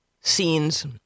scenes